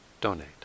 donate